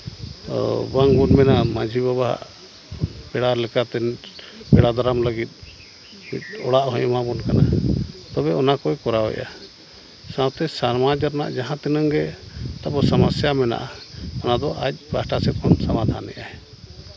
ᱢᱟᱹᱡᱷᱤ ᱵᱟᱵᱟ ᱯᱮᱲᱟ ᱞᱮᱠᱟᱛᱮ ᱯᱮᱲᱟ ᱫᱟᱨᱟᱢ ᱞᱟᱹᱜᱤᱫ ᱚᱲᱟᱜ ᱦᱚᱭ ᱮᱢᱟᱵᱚᱱ ᱠᱟᱱᱟ ᱛᱚᱵᱮ ᱚᱱᱟᱠᱚᱭ ᱠᱚᱨᱟᱣᱮᱜᱼᱟ ᱥᱟᱶᱛᱮ ᱥᱚᱢᱟᱡᱽ ᱨᱮᱱᱟᱜ ᱡᱟᱦᱟᱸ ᱛᱤᱱᱟᱹᱝ ᱜᱮ ᱟᱵᱚ ᱥᱚᱢᱚᱥᱥᱟ ᱢᱮᱱᱟᱜᱼᱟ ᱚᱱᱟᱫᱚ ᱟᱡ ᱯᱟᱥᱴᱟ ᱥᱮᱫ ᱠᱷᱚᱱ ᱥᱚᱢᱟᱫᱷᱟᱱᱮᱜᱼᱟᱭ